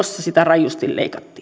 sitä rajusti leikattiin